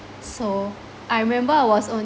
so I remember I was only